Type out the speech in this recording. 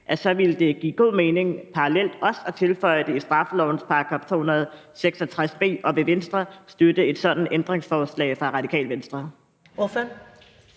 også vil give god mening parallelt at tilføje det i straffelovens § 266 b, og vil Venstre støtte et sådant ændringsforslag fra Radikale Venstre?